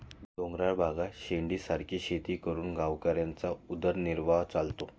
डोंगराळ भागात शिडीसारखी शेती करून गावकऱ्यांचा उदरनिर्वाह चालतो